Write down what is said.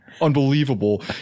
Unbelievable